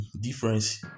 difference